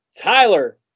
Tyler